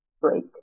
break